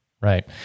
Right